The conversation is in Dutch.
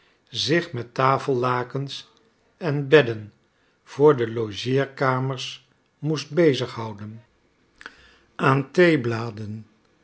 zich met tafellakens en bedden voor de logeerkamers moest bezig houden aan theebladen